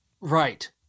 Right